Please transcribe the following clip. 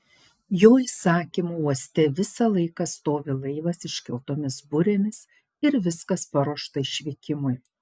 jo įsakymu uoste visą laiką stovi laivas iškeltomis burėmis ir viskas paruošta išvykimui